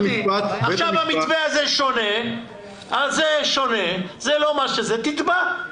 עכשיו המתווה הזה שונה, זה לא מה שזה, תתבע.